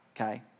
okay